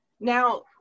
Now